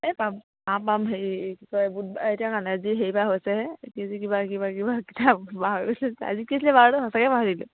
এই পাম পাম পাম হেৰি কি কয় বুধবাৰে এতিয়া হৈছে হে কেজি কিবা কিবা কিবা কিতাপ আজি কি আছিলে বাৰটো সঁচাকে পাহৰিলোঁ